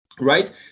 Right